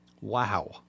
Wow